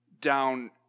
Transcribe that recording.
down